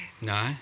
No